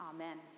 Amen